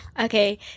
okay